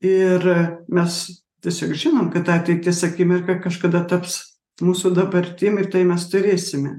ir mes tiesiog žinom kad ateities akimirka kažkada taps mūsų dabartim ir tai mes turėsime